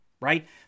Right